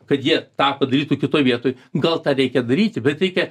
kad jie tą padarytų kitoj vietoj gal tą reikia daryti bet reikia